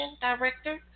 director